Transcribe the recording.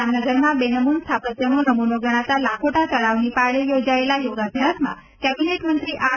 જામનગરમાં બેનમૂન સ્થાપત્યનો નમૂનો ગણાતા લાખોટા તળાવની પાળે યોજાયેલા યોગાભ્યાસમાં કેબિનેટ મંત્રી આર